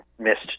missed